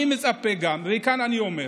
אני מצפה גם, וכאן אני אומר,